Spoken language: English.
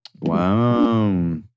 Wow